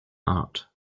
art